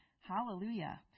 Hallelujah